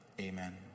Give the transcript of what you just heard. amen